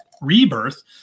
rebirth